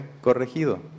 corregido